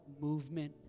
movement